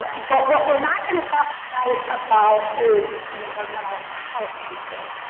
but, what we're not going to talk tonight about is the environmental health pieces.